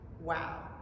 Wow